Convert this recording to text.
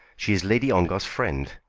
she is lady ongar's friend.